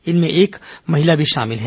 इनमें एक महिला भी शामिल है